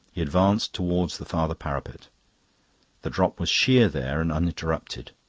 he advanced towards the farther parapet the drop was sheer there and uninterrupted.